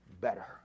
better